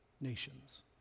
nations